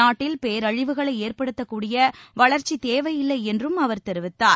நாட்டில் பேரழிவுகளைஏற்படுத்தக் கூடிய வளர்ச்சித் தேவையில்லைஎன்றும் அவர் தெரிவித்தார்